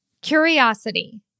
Curiosity